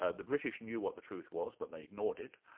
ah the british knew what the truth was, but they ignored it,